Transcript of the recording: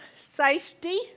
safety